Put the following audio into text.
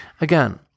again